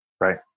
right